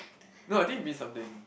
no I think it mean something